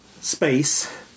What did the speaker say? space